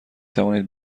توانید